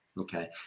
Okay